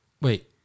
Wait